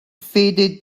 faded